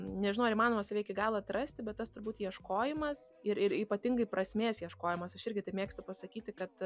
nežinau ar įmanoma save iki galo atrasti bet tas turbūt ieškojimas ir ir ypatingai prasmės ieškojimas aš irgi taip mėgstu pasakyti kad